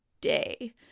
day